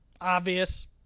obvious